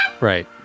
right